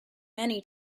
many